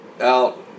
out